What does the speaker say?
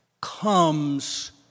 comes